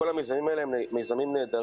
כל המיזמים האלה נהדרים,